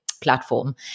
platform